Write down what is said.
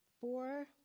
four